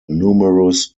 numerous